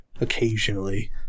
occasionally